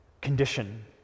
condition